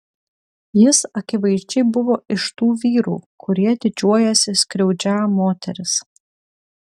jis akivaizdžiai buvo iš tų vyrų kurie didžiuojasi skriaudžią moteris